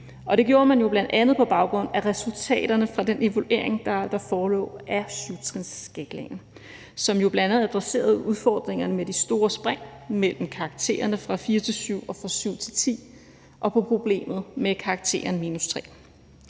Det gjorde man bl.a. på baggrund af resultaterne fra den evaluering af 7-trinsskalaen, der forelå, og som jo bl.a. adresserede udfordringerne med de store spring mellem karaktererne fra 4 til 7 og fra 7 til 10 og problemet med karakteren -3.